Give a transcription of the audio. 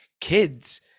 kids